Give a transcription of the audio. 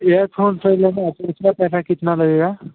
earphone sir लेना है तो उसमें पैसा कितना लगेगा